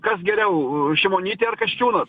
kas geriau šimonytė ar kasčiūnas